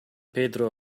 pedro